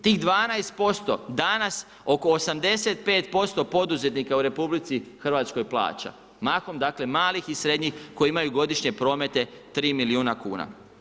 Tih 12% danas oko 85% poduzetnika u RH plaća, mahom dakle malih i srednjih koji imaju godišnje promete 3 milijuna kuna.